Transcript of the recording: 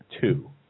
two